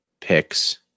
picks